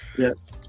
Yes